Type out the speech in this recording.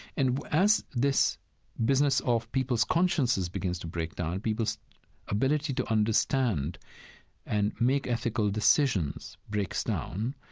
and, as this business of people's consciences begins to break down, people's ability to understand and make ethical decisions breaks down,